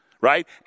right